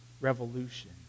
revolution